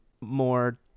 more